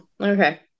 okay